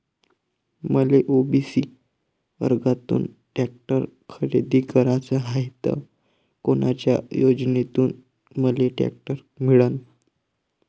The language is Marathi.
मले ओ.बी.सी वर्गातून टॅक्टर खरेदी कराचा हाये त कोनच्या योजनेतून मले टॅक्टर मिळन?